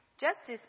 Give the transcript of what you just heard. Justice